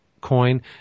coin